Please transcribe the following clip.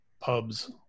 pubs